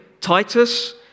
Titus